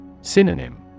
Synonym